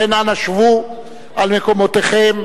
לכן אנא שבו על מקומותיכם.